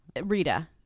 Rita